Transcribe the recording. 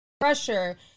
pressure